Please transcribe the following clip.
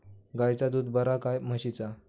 गायचा दूध बरा काय म्हशीचा?